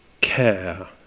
Care